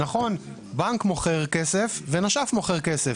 נכון, בנק מוכר כסף ונש"ף מוכר כסף.